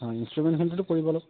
অঁ ইনষ্ট্ৰুমেণ্টখিনিটোতো পৰিব অলপ